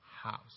house